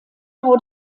bau